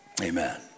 Amen